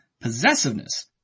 possessiveness